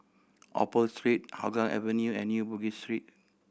Opal Hougang Avenue and New Bugis Street